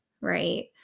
right